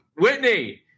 Whitney